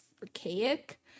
archaic